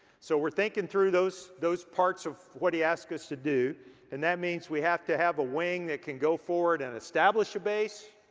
so we're thinking through those those parts of what he asked us to do and that means we have to have a wing that can go forward and establish a base,